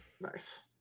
Nice